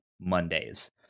mondays